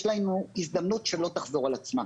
יש לנו הזדמנות שלא תחזור על עצמה.